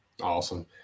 awesome